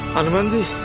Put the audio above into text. and. my